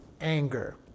anger